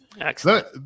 Excellent